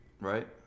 Right